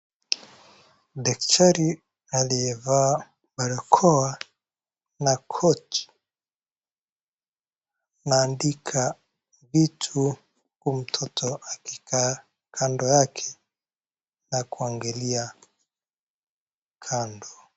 Daktari aliyevaa barakoa na koti anaandika vitu huyu mtoto akikaa kando yake na kuangalia kando.